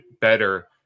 better